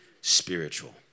Spiritual